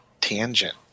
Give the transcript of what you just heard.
tangent